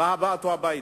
בהבאתו הביתה.